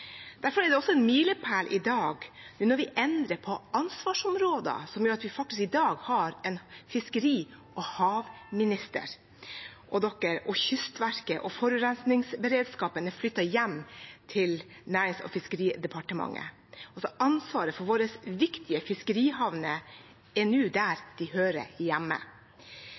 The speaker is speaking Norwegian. Derfor er det også en milepæl når vi endrer på ansvarsområder, som gjør at vi i dag har en fiskeri- og havminister. Og Kystverket og forurensningsberedskapen har blitt flyttet hjem til Nærings- og fiskeridepartementet. Ansvaret for våre viktige fiskerihavner er altså nå der det hører hjemme.